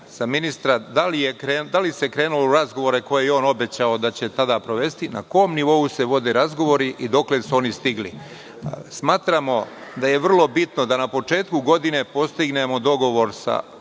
za ministra – da se krenulo u razgovore koje je on obećao da će tada sprovesti, na kom nivou se vode razgovori i dokle su oni stigli? Smatramo da je vrlo bitno da na početku godine postignemo dogovor sa